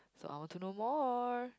so I want to know more